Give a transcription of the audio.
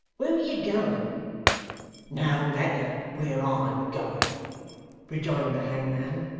where are you going no matter where i'm going rejoined the hangman,